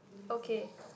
okay